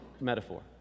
metaphor